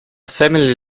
family